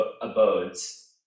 abodes